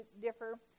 differ